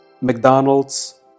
McDonald's